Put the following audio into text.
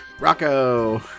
Rocco